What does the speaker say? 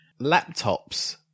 Laptops